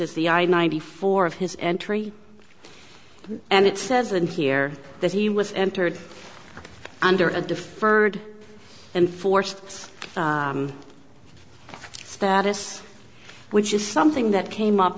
is the i ninety four of his entry and it says in here that he was entered under a deferred and forced status which is something that came up